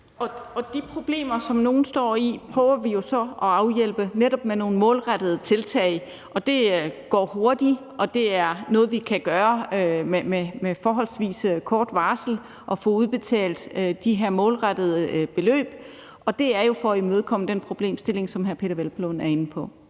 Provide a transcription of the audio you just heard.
De problemer, som nogle står i, prøver vi jo så at afhjælpe med netop nogle målrettede tiltag, og det går hurtigt, og det er noget, vi kan gøre med forholdsvis kort varsel, altså at få udbetalt de her målrettede beløb. Og det er jo for at imødekomme den problemstilling, som hr. Peder Hvelplund er inde på.